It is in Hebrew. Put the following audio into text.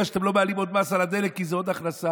שאתם לא מעלים עוד מס על הדלק כי זה עוד הכנסה.